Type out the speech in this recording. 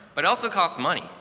but also costs money.